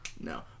No